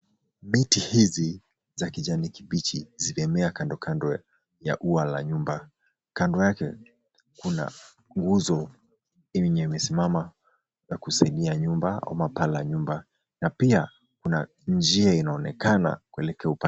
Miti hizi za kijani kibichi zimemea kando kando ya ua la nyumba. Kando yake kuna nguzo yenye imesimama na kusaidia nyumba ama paa la nyumba na pia kuna njia inaonekana kuelekea upande.